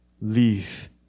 Leave